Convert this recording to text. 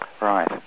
Right